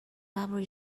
lovely